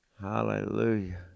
Hallelujah